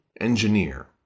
engineer